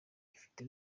ifite